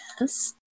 Yes